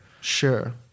Sure